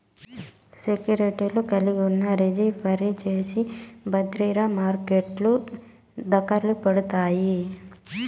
సెక్యూర్టీలు కలిగున్నా, రిజీ ఫరీ చేసి బద్రిర హర్కెలు దకలుపడతాయి